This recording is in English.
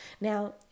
now